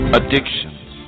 addictions